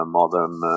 modern